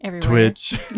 Twitch